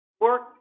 work